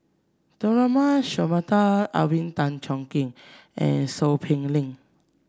Tharman Shanmugaratnam Alvin Tan Cheong Kheng and Seow Peck Leng